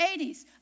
80s